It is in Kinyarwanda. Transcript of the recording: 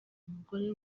umugore